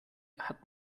hat